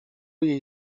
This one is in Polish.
jej